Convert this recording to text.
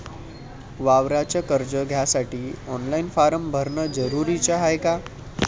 वावराच कर्ज घ्यासाठी ऑनलाईन फारम भरन जरुरीच हाय का?